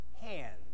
hands